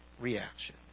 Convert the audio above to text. reaction